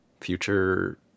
future